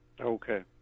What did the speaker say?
Okay